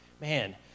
man